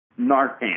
Narcan